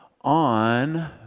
on